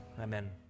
amen